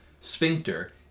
sphincter